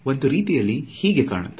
ಒಂದ ರೀತಿಯಲ್ಲಿ ಹೀಗೆ ಕಾಣುತ್ತದೆ